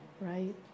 right